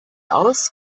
aus